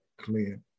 clear